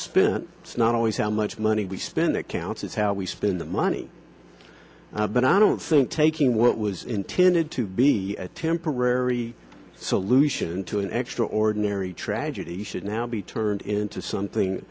spent it's not always how much money we spend it counts it's how we spend the money but i don't think taking what was intended to be a temporary solution to an extraordinary tragedy should now be turned into something